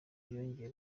yongeye